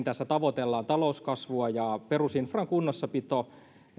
tässä tavoitellaan talouskasvua ja perusinfran kunnossapito